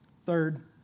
third